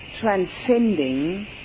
transcending